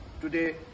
Today